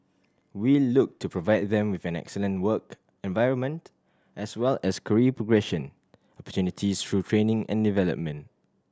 we look to provide them with an excellent work environment as well as career progression opportunities through training and development